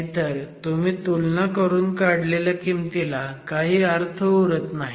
नाहीतर तुम्ही तुलना करून काढलेल्या किमतीला काही अर्थ नाही